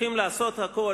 צריכים לעשות הכול,